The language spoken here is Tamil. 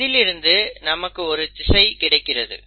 இதிலிருந்து நமக்கு ஒரு திசை கிடைக்கிறது